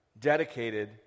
dedicated